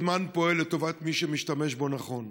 הזמן פועל לטובת מי שמשתמש בו נכון.